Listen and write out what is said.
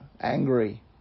angry